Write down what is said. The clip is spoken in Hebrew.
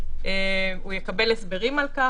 הוא יקבל הסברים על כך,